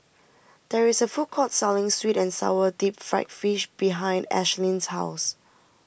there is a food court selling Sweet and Sour Deep Fried Fish behind Ashlynn's house